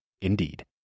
Indeed